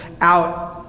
out